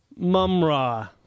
Mumra